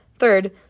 Third